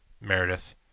Meredith